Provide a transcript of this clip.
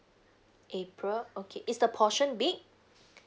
april okay is the portion big